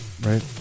right